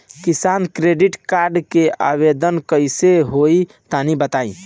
किसान credit card के आवेदन कईसे होई तनि बताई?